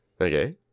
Okay